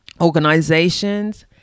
organizations